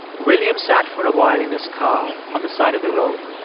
william sat for a while in his car on the side of the road.